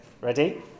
ready